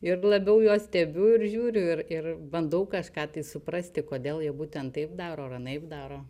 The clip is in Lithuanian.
ir labiau juos stebiu ir žiūriu ir ir bandau kažką tai suprasti kodėl jie būtent taip daro ar anaip daro